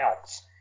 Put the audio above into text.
else